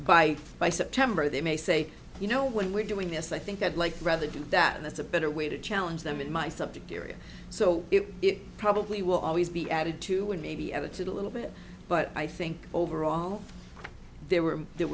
by by september they may say you know when we're doing this i think i'd like rather do that that's a better way to challenge them in my subject area so it probably will always be added to and maybe edited a little bit but i think overall there were there